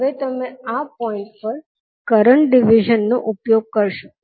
હવે તમે આ પોઇંટ પર કરંટ ડિવિઝન નો ઉપયોગ કરશો